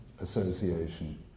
Association